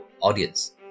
audience